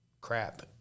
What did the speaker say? crap